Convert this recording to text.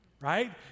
right